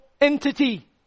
entity